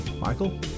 Michael